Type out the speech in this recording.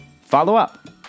follow-up